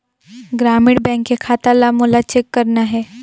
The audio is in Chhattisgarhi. ग्रामीण बैंक के खाता ला मोला चेक करना हे?